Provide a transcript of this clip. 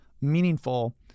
meaningful